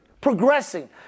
progressing